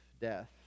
death